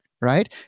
Right